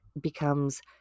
becomes